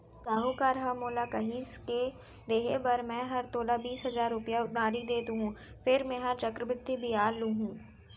साहूकार ह मोला कहिस के देहे बर मैं हर तोला बीस हजार रूपया उधारी दे देहॅूं फेर मेंहा चक्रबृद्धि बियाल लुहूं